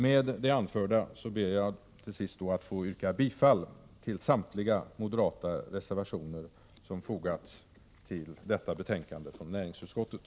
Med det anförda ber jag att till sist få yrka bifall till samtliga moderata reservationer som fogats till detta betänkande från näringsutskottet.